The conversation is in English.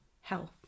health